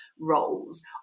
roles